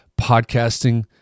podcasting